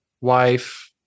wife